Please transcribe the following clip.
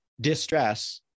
distress